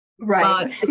Right